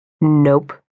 Nope